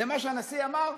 למה שהנשיא אמר?